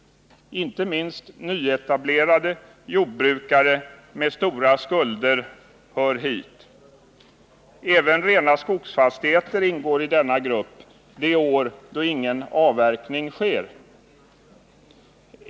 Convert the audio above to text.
Inte minst nyetablerade jordbrukare med stora skulder hör hit. Även rena skogsfastigheter ingår i denna grupp de år då ingen avverkning sker.